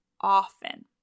often